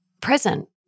present